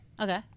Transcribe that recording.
okay